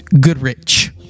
Goodrich